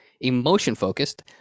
emotion-focused